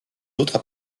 autres